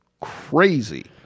crazy